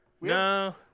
No